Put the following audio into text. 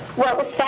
what was found